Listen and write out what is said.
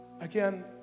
Again